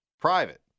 private